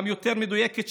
יותר מדויקת,